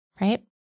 right